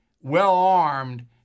well-armed